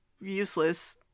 useless